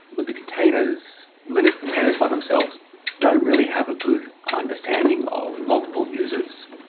with the containers, linux containers by themselves don't really have a good understanding of multiple users.